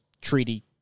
treaty